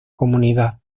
comunidad